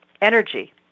energy